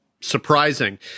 surprising